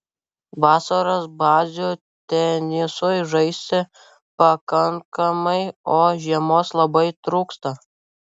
vasaros bazių tenisui žaisti pakankamai o žiemos labai trūksta